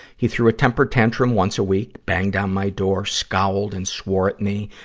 he threw a temper tantrum once a week, banged down my door, scowled and swore at me.